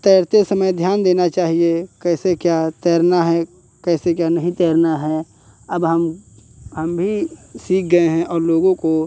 तैरते समय ध्यान देना चाहिए कैसे क्या तैरना है कैसे क्या नहीं तैरना है अब हम हम भी सीख गए हैं और लोगों को